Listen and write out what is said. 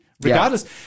regardless